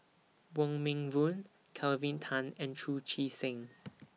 Wong Meng Voon Kelvin Tan and Chu Chee Seng